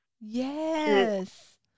Yes